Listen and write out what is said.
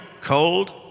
cold